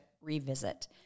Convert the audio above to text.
revisit